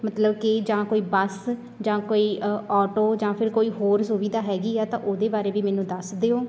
ਮਤਲਬ ਕਿ ਜਾਂ ਕੋਈ ਬੱਸ ਜਾਂ ਕੋਈ ਔਟੋ ਜਾਂ ਫਿਰ ਕੋਈ ਹੋਰ ਸੁਵਿਧਾ ਹੈਗੀ ਆ ਤਾਂ ਉਹਦੇ ਬਾਰੇ ਵੀ ਮੈਨੂੰ ਦੱਸ ਦਿਓ